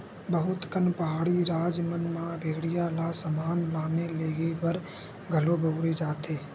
बहुत कन पहाड़ी राज मन म भेड़िया ल समान लाने लेगे बर घलो बउरे जाथे